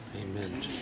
Amen